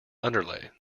underlay